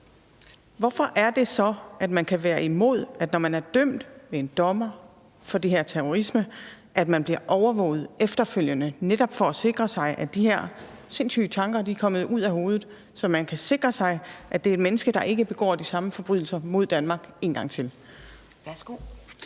Hvorfor er det så, at man kan være imod, at nogen, når de er dømt ved en dommer for den her terrorisme, bliver overvåget efterfølgende, netop for at sikre sig, at de her sindssyge tanker er kommet ud af hovedet, så man kan sikre sig, at det er et menneske, der ikke begår de samme forbrydelser mod Danmark en gang til?